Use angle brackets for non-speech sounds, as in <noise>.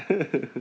<laughs>